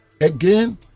Again